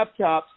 laptops